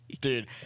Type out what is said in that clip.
Dude